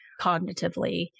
cognitively